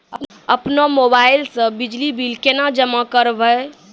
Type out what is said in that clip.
अपनो मोबाइल से बिजली बिल केना जमा करभै?